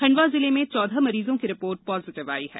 खण्डवा जिले में चौदह मरीजों की रिपोर्ट पॉजिटिव आई है